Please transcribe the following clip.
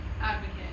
advocate